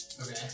Okay